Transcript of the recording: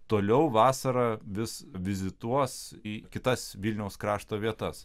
toliau vasarą vis vizituos į kitas vilniaus krašto vietas